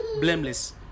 blameless